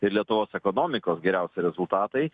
ir lietuvos ekonomikos geriausi rezultatai